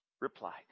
replied